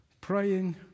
praying